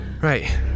Right